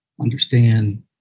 understand